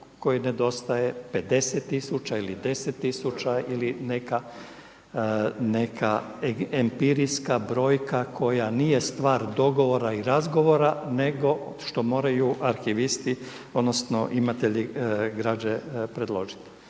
koji nedostaje, 50 tisuća ili 10 tisuća ili neka empirijska brojka koja nije stvar dogovora i razgovora nego što moraju arhivisti odnosno imatelji građe predložiti.